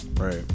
Right